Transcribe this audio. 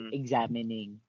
examining